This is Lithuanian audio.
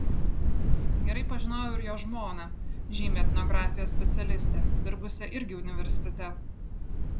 gerai pažinojau ir jo žmoną žymią etnografijos specialistę dirbusią irgi universitete